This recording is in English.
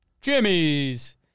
Jimmy's